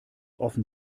offen